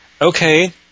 Okay